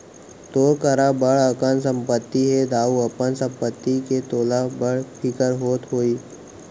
तोर करा बड़ अकन संपत्ति हे दाऊ, अपन संपत्ति के तोला बड़ फिकिर होत होही